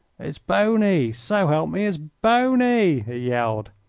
it's boney! so help me, it's boney! he yelled.